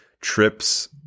trips